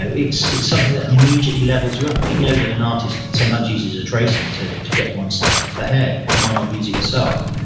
ah it's it's something that immediately levels you up. if you know that an artist sometimes uses a tracing to to get one step ahead, why not use it yourself?